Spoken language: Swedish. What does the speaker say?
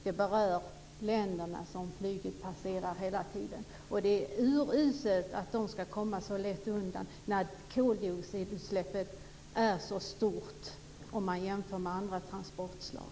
Den berör de länder som flygplanen hela tiden passerar. Det är uruselt att flygtrafiken ska komma så lätt undan när koldioxidutsläppet är så stort jämfört med andra transportslag.